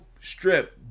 Strip